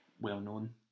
well-known